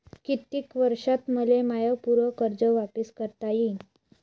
कितीक वर्षात मले माय पूर कर्ज वापिस करता येईन?